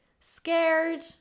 scared